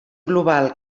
global